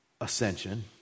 ascension